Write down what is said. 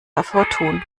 hervortun